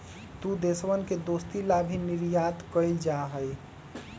दु देशवन के दोस्ती ला भी निर्यात कइल जाहई